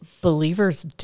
believers